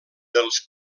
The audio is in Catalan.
dels